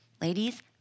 Ladies